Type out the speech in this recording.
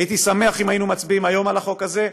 הייתי שמח אם היינו מצביעים היום על החוק הזה.